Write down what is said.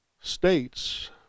states